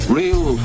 real